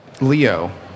Leo